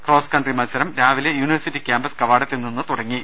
cross country മത്സരം രാവിലെ university campus കവാടത്തിൽ നിന്ന് തുടങ്ങി